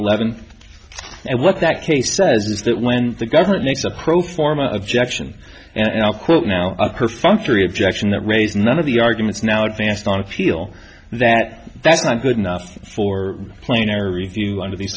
eleven and what that case says is that when the government makes a pro forma objection and i'll quote now a perfunctory objection that raise none of the arguments now advanced on appeal that that's not good enough for plain error review under the